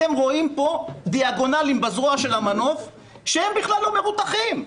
אתם רואים פה דיאגונלים בזרוע של המנוף כשהם בכלל לא מרותכים,